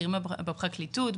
בכירים בפרקליטות,